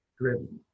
driven